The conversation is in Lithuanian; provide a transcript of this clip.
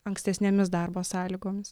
ankstesnėmis darbo sąlygomis